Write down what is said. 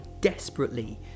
desperately